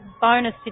bonus